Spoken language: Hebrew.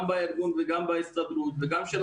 אני אשמח מאוד, ברגע זה, זה ייתן פתרון.